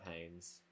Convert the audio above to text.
pains